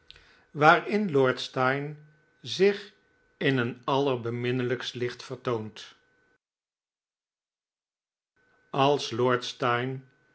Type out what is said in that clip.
waarin lord steyne zich in een allerbeminnelijkst licht vertoont als